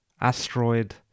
asteroid